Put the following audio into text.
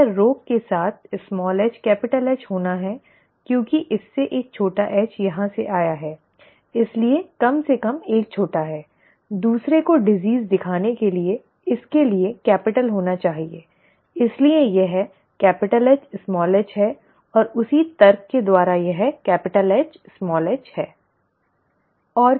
यह रोग के साथ hH होना है क्योंकि इससे एक छोटा h यहाँ से आया है इसलिए कम से कम एक छोटा है दूसरे को रोग दिखाने के लिए इसके लिए कैपिटल होना चाहिए इसलिए यह Hh है और उसी तर्क के द्वारा यह Hh है